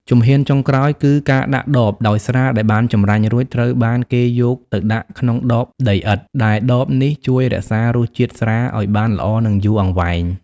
ជំហានចុងក្រោយគឺ ការដាក់ដប ដោយស្រាដែលបានចម្រាញ់រួច ត្រូវបានគេយកទៅដាក់ក្នុងដបដីឥដ្ឋ ដែលដបនេះជួយរក្សារសជាតិស្រាឱ្យបានល្អ និងយូរអង្វែង។